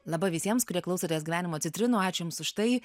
laba visiems kurie klausotės gyvenimo citrinų ačiū jums už tai